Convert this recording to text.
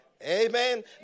Amen